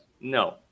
No